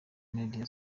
media